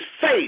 faith